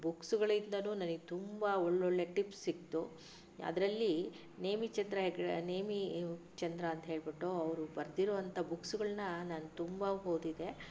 ಬುಕ್ಸ್ಗಳಿಂದನೂ ನನಗೆ ತುಂಬಾ ಒಳ್ಳೊಳ್ಳೆ ಟಿಪ್ಸ್ ಸಿಕ್ತು ಅದರಲ್ಲಿ ನೇಮಿಚಂದ್ರ ಹೆಗ್ಡೆ ನೇಮಿ ಚಂದ್ರ ಅಂತ ಹೇಳಿಬಿಟ್ಟು ಅವರು ಬರ್ದಿರುವಂಥ ಬುಕ್ಸ್ಗಳನ್ನ ನಾನು ತುಂಬ ಓದಿದೆ